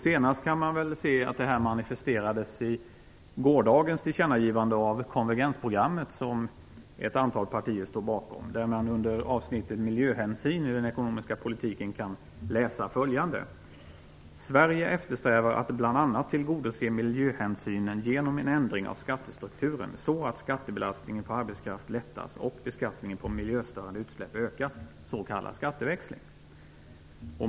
Det manifesterades senast vid gårdagens tillkännagivande av konvergensprogrammet, som ett antal partier står bakom. Under avsnittet Miljöhänsyn i den ekonomiska politiken kan man läsa följande: "Sverige eftersträvar att bland annat tillgodose miljöhänsynen genom en ändring av skattestrukturen, så att skattebelastningen på arbetskraften lättas och beskattningen på miljöstörande utsläpp ökas - så kallad skatteväxling."